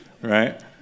right